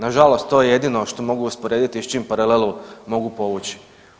Nažalost to je jedino što mogu usporediti s čim paralelu mogu povući.